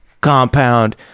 compound